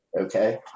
okay